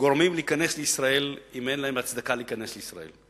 גורמים להיכנס לישראל אם אין להם הצדקה להיכנס לישראל.